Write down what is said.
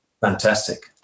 Fantastic